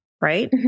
right